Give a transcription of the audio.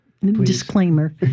Disclaimer